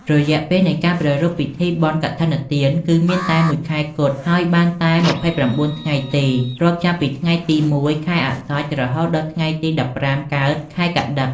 រយៈពេលនៃការប្រារព្ធធ្វើពិធីបុណ្យកឋិនទានគឺមានតែ១ខែគត់ហើយបានតែ២៩ថ្ងៃទេរាប់ចាប់ពីថ្ងៃ១រោចខែអស្សុជរហូតដល់ថ្ងៃ១៥កើតខែកត្តិក។